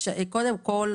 קודם כל,